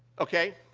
okay,